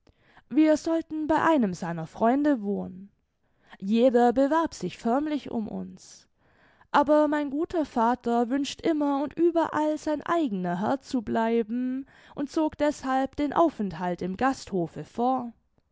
wir sollten bei einem seiner freunde wohnen jeder bewarb sich förmlich um uns aber mein guter vater wünscht immer und überall sein eigener herr zu bleiben und zog deßhalb den aufenthalt im gasthofe vor